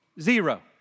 Zero